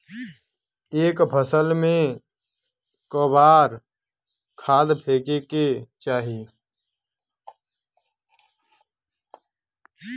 एक फसल में क बार खाद फेके के चाही?